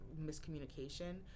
miscommunication